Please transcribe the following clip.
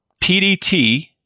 PDT